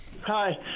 Hi